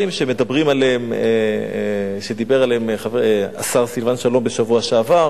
שדיבר עליהם השר סילבן שלום בשבוע שעבר.